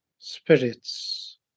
spirits